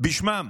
בשמם